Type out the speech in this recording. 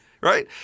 right